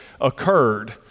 occurred